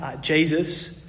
Jesus